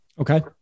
Okay